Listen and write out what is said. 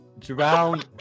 Drown